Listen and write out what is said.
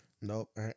Nope